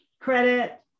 credit